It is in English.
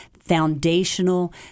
foundational –